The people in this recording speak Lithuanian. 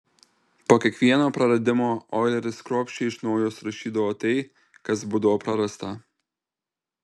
po kiekvieno praradimo oileris kruopščiai iš naujo surašydavo tai kas būdavo prarasta